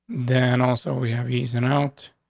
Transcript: then also we have easing out.